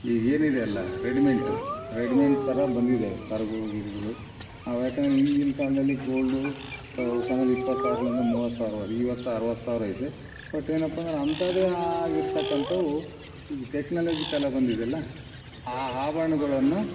ಈಗೇನು ಇದೆಯಲ್ಲ ರೆಡ್ಮೆಂಟು ರೆಡ್ಮೆಂಟ್ ಥರ ಬಂದಿದೆ ಸರಗಳು ಗಿರ್ಗುಳು ಅವ್ಯಾಕಂದ್ರೆ ಹಿಂದಿನ್ ಕಾಲದಲ್ಲಿ ಗೋಲ್ಡು ಅವ್ಕೆ ಅಂದರೆ ಇಪ್ಪತ್ತು ಸಾವ್ರದಿಂದ ಮೂವತ್ತು ಸಾವಿರ ವರೆಗ್ ಇವತ್ತು ಅರವತ್ತು ಸಾವಿರ ಇದೆ ಬಟ್ ಏನಪ್ಪಾ ಅಂದ್ರೆ ಅಂಥದೇ ಆಗಿರ್ತಕ್ಕಂಥವು ಈಗ ಟೆಕ್ನಾಲಜಿ ಕಾಲ ಬಂದಿದ್ಯಲ್ಲ ಆ ಆಭರ್ಣಗಳನ್ನು